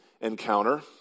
encounter